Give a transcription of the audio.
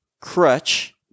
crutch